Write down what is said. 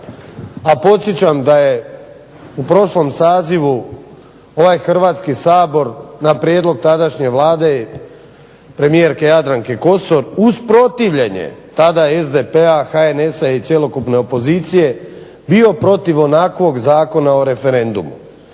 a podsjećam da je u prošlom sazivu ovaj Hrvatski sabor na prijedlog tadašnje Vlade premijerke Jadranke Kosor uz protivljenje tada SDP, HNS-a i cjelokupne opozicije bio protiv onakvog Zakona o referendumu.